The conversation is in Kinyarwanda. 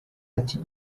ati